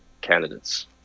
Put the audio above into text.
candidates